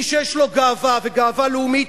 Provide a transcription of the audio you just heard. מי שיש לו גאווה וגאווה לאומית,